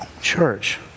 church